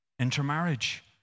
Intermarriage